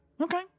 Okay